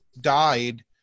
died